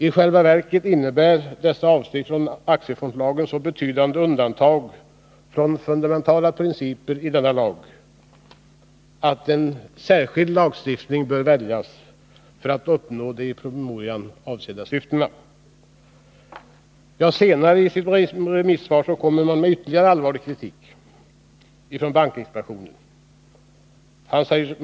I själva verket innebär dessa avsteg från AFL så betydande undantag från fundamentala principer i denna lag att inspektionen anser att en särskild lagstiftning bör väljas för att lösa det med promemorian avsedda syftet.” Senare i remissvaret kommer bankinspektionen med ytterligare allvarlig kritik.